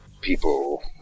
people